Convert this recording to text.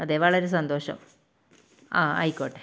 അതെ വളരെ സന്തോഷം ആ ആയിക്കോട്ടെ